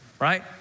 right